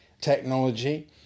technology